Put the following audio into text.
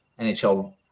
NHL